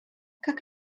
как